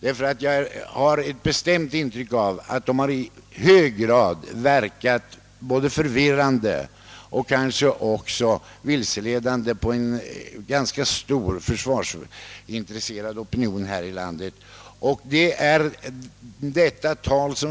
Jag har nämligen ett bestämt intryck av att de i hög grad har verkat förvirrande och kanske också vilseledande på en ganska vid försvarsintresserad opinion här i landet.